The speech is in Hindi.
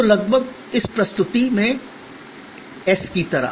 तो लगभग इस प्रस्तुति में एस की तरह